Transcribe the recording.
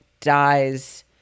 dies